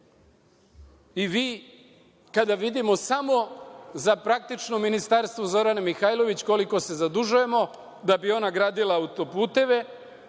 evra. Kada vidimo za ministarstvo Zorane Mihajlović koliko se zadužujemo da bi ona gradila autoputeve,